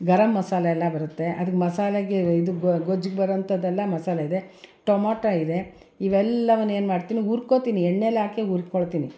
ಗರಮ್ ಮಸಾಲೆಯೆಲ್ಲ ಬರುತ್ತೆ ಅದು ಮಸಾಲೆಗೆ ಇದು ಗೊಜ್ಜಿಗೆ ಬರುವಂಥದ್ದೆಲ್ಲ ಮಸಾಲೆ ಇದೆ ಟೊಮಟೊ ಇದೆ ಇವೆಲ್ಲವನ್ನ ಏನ್ಮಾಡ್ತೀನಿ ಉರ್ಕೊಳ್ತೀನಿ ಎಣ್ಣೆಲಿ ಹಾಕಿ ಹುರ್ಕೊಳ್ತೀನಿ